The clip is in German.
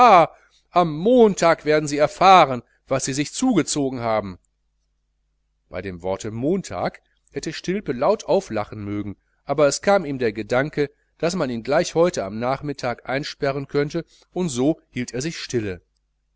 am montag werden sie erfahren was sie sich zugezogen haben bei dem worte montag hätte stilpe laut auf lachen mögen aber es kam ihm der gedanke daß man ihn gleich heute am nachmittag einsperren könnte und so hielt er sich stille